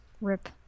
Rip